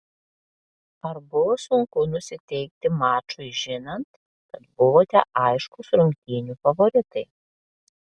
ar buvo sunku nusiteikti mačui žinant kad buvote aiškūs rungtynių favoritai